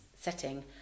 setting